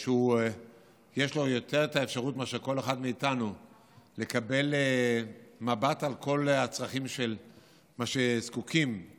יש לו יותר אפשרות לקבל מבט על כל הצרכים שזקוקים להם